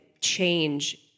change